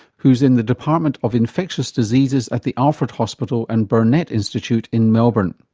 who's in the department of infectious diseases at the alfred hospital and burnet institute in melbourne.